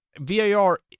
VAR